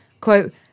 Quote